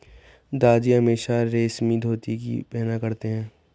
दादाजी हमेशा रेशमी धोती ही पहना करते थे